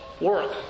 work